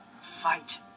Fight